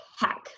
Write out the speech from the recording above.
Hack